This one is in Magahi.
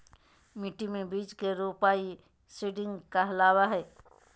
मिट्टी मे बीज के रोपाई सीडिंग कहलावय हय